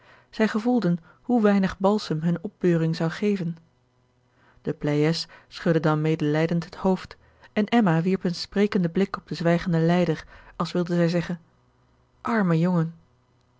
zij gevoelden hoe weinig balsem hunne opbeuring zou geven de pleyes schudde dan medelijdend het hoofd en emma wierp een sprekenden blik op den zwijgenden lijder als wilde zij zeggen arme jongen